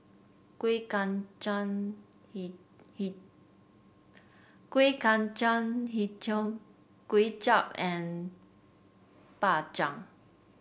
Kueh Kacang he he Kueh Kacang hijau Kway Chap and Bak Chang